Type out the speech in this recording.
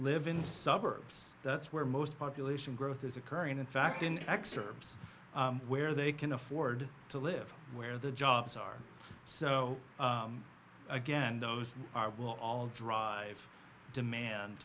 live in suburbs that's where most population growth is occurring in fact in ex urbs where they can afford to live where the jobs are so again those are will all drive demand